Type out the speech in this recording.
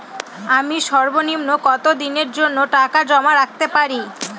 আমি সর্বনিম্ন কতদিনের জন্য টাকা জমা রাখতে পারি?